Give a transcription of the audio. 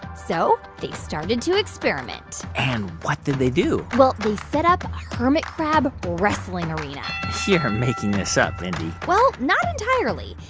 so they started to experiment and what did they do? well, they set up a hermit crab wrestling arena you're making this up, mindy well, not entirely.